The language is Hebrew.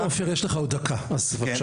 עופר, יש לך עוד דקה, אז בבקשה.